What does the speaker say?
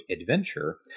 adventure